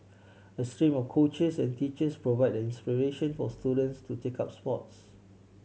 a stream of coaches and teachers provide the inspiration for students to take up sports